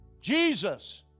Jesus